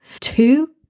Two